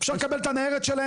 אפשר לקבל את הניירת שלהם?